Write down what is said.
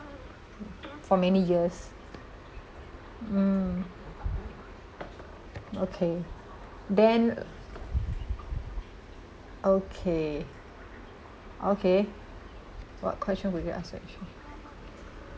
for many years mm okay then okay okay what question will you ask